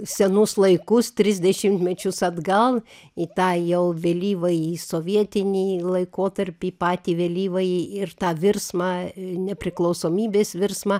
senus laikus tris dešimtmečius atgal į tą jau vėlyvąjį sovietinį laikotarpį patį vėlyvąjį ir tą virsmą nepriklausomybės virsmą